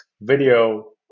video